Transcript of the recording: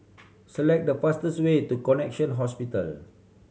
select the fastest way to Connexion Hospital